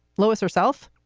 lewis herself,